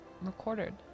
recorded